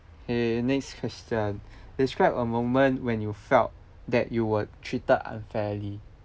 okay next question describe a moment when you felt that you were treated unfairly